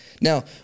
Now